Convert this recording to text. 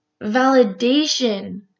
validation